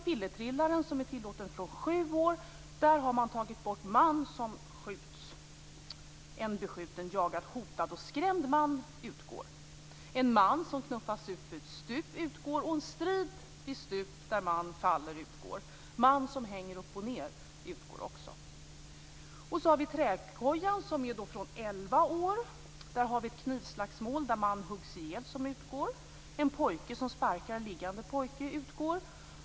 Pillertrillaren är tillåten från sju år. Där har man tagit bort en del där en man skjuts. En del med en beskjuten, jagad och skrämd man utgår. En del med en man som knuffas utför ett stup utgår. Även en del med en strid vid ett stup där en man faller utgår. En del med en man som hänger upp och ned utgår också. Trädkojan är tillåten från elva år. I den finns en del med ett knivslagsmål där en man huggs ihjäl. Den utgår. En del där en pojke sparkar en liggande pojke utgår.